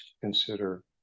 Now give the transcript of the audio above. consider